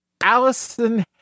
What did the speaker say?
Allison